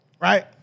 Right